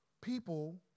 people